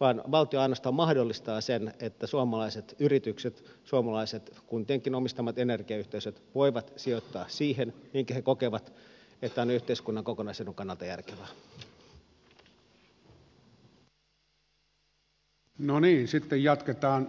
vaan valtio ainoastaan mahdollistaa sen että suomalaiset yritykset suomalaiset kuntienkin omistamat energiayhtiöt voivat sijoittaa siihen minkä he kokevat yhteiskunnan kokonaisedun kannalta järkeväksi